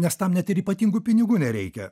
nes tam net ir ypatingų pinigų nereikia